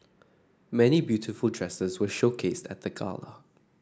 many beautiful dresses were showcased at the gala